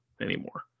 anymore